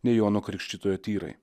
nei jono krikštytojo tyrai